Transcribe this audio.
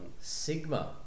Sigma